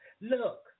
Look